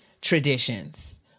traditions